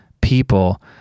people